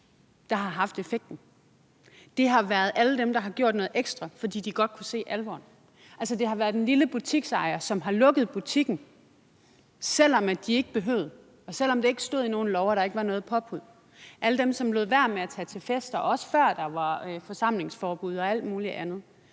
der har haft effekten. Det har været alle dem, der har gjort noget ekstra, fordi de godt kunne se alvoren. Altså, det har været den lille butiksejer, som har lukket butikken, selv om man ikke behøvede, og selv om det ikke stod i nogen lov og der ikke var noget påbud; alle dem, som lod være med at tage til fester, også før der var forsamlingsforbud, og alt mulig andet.